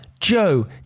Joe